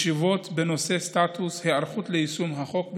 ישיבות בנושא סטטוס ההיערכות ליישום החוק,